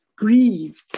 grieved